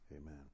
Amen